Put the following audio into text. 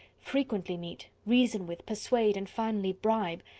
frequently meet, reason with, persuade, and finally bribe,